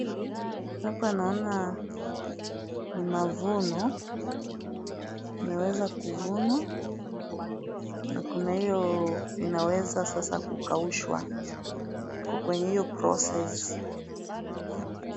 Hapa naona ni mavuno, yameweza kuvunwa, na kuna hio inaweza sasa kukaushwa, iko kwenye hiyo process .